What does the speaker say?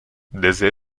desde